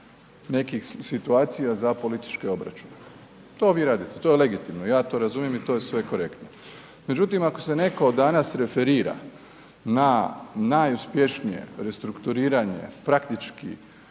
nekih situacija za političke obračune, to vi radite, to je legitimno, ja to razumijem i to je sve korektno međutim ako se netko danas referira na najuspješnije restrukturiranje praktički